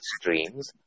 streams